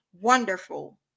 Wonderful